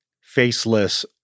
faceless